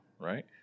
right